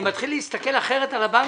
אני מתחיל להסתכל אחרת על הבנקים.